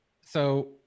So-